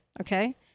okay